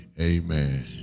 Amen